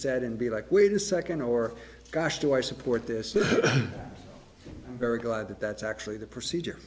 said and be like wait a second or gosh do i support this very glad that that's actually the procedure